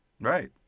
Right